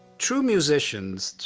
true musicians,